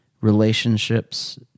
relationships